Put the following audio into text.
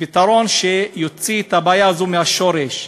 פתרון שיעקור את הבעיה הזאת מהשורש.